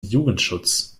jugendschutz